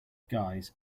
guys